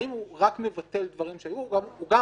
האם הוא רק מבטל דברים שהיו או שהוא גם